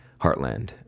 Heartland